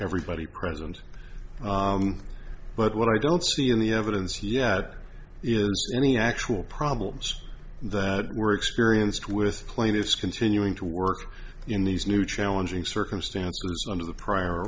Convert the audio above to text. everybody present but what i don't see in the evidence yet is any actual problems that were experienced with plaintiffs continuing to work in these new challenging circumstances under the prior